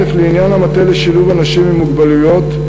לעניין המטה לשילוב אנשים עם מוגבלויות,